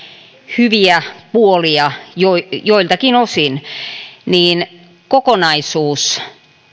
hyviä puolia joiltakin osin niin kokonaisuus